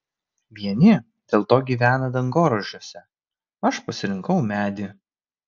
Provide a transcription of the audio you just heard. vieni dėl to gyvena dangoraižiuose aš pasirinkau medį